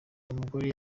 umugore